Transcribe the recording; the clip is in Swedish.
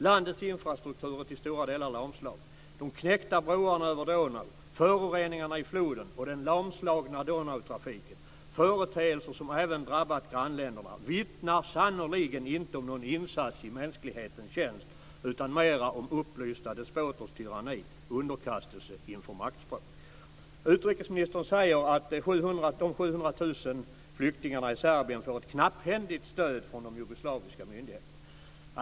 Landets infrastruktur är till stora delar lamslagen. De knäckta broarna över Donau, föroreningarna i floden och den lamslagna Donautrafiken - företeelser som även drabbat grannländerna - vittnar sannerligen inte om någon insats i mänsklighetens tjänst utan mera om upplysta despoters tyranni och om underkastelse inför maktspråk. Utrikesministern säger att de 700 000 flyktingarna i Serbien får ett knapphändigt stöd från de jugoslaviska myndigheterna.